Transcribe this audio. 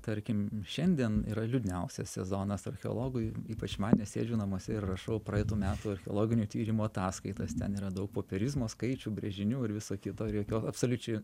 tarkim šiandien yra liūdniausias sezonas archeologui ypač man nes sėdžiu namuose ir rašau praeitų metų archeologinio tyrimo ataskaitas ten yra daug popierizmo skaičių brėžinių ir viso kito ir jokios absoliučiai